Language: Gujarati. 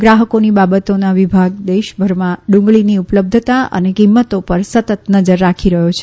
ગ્રાહકોની બાબતોનો વિભાગ દેશભરમાં ડુંગળીની ઉપલબ્ધતા અને કિંમતો ઉપર સતત નજર રાખી રહથો છે